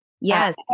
Yes